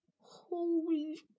Holy